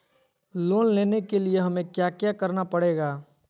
Loan लेने के लिए हमें क्या क्या करना पड़ेगा?